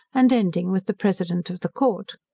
and ending with the president of the court.